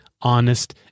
honest